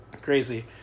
Crazy